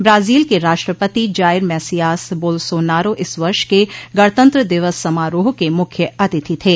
Brazil के राष्ट्रपति Jair Messias Bolsonaro इस वर्ष के गणतंत्र दिवस समारोह के मुख्य अतिथि थे